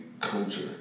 culture